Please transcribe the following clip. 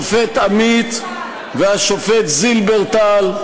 השופט עמית והשופט זילברטל,